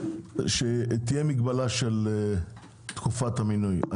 שתהיה מגבלה של תקופת המינוי,